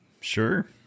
Sure